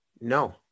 no